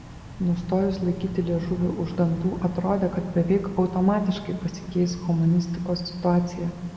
nustojus laikyti liežuvį už dantų atrodė kad beveik automatiškai pasikeis humanistikos situacija